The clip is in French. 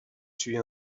suit